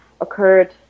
occurred